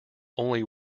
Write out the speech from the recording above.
only